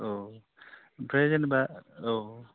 औ ओमफ्राय जेनेबा औ